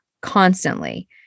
constantly